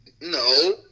No